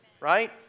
Right